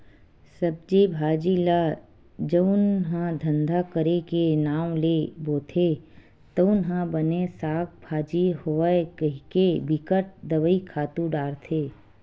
सब्जी भाजी ल जउन ह धंधा करे के नांव ले बोथे तउन ह बने साग भाजी होवय कहिके बिकट दवई, खातू डारथे